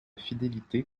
fidélité